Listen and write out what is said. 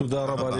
תודה רבה.